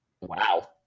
Wow